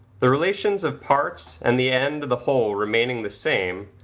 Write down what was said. the relations of parts and the end of the whole remaining the same,